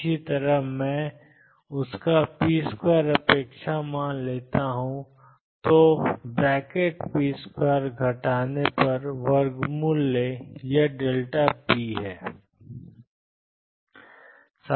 इसी तरह अगर मैं उसका p2 अपेक्षा मान लेता हूं तो ⟨p⟩2 घटाएं और वर्गमूल लें यह p है